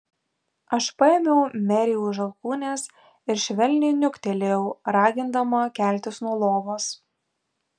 aš paėmiau merei už alkūnės ir švelniai niuktelėjau ragindama keltis nuo lovos